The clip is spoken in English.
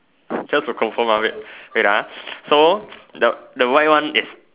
just to confirm ah wait wait ah so the the white one is